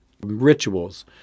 rituals